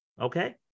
okay